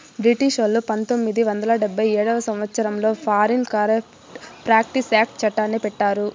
బ్రిటిషోల్లు పంతొమ్మిది వందల డెబ్భై ఏడవ సంవచ్చరంలో ఫారిన్ కరేప్ట్ ప్రాక్టీస్ యాక్ట్ చట్టాన్ని పెట్టారు